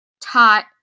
taught